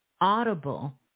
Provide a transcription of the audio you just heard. Audible